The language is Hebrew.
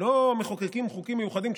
לא מחוקקים חוקים מיוחדים,